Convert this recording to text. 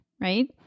right